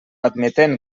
admetent